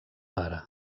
pare